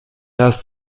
hast